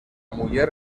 muller